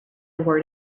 word